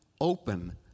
open